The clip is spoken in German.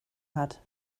hat